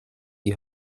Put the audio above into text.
die